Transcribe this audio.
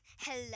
Hello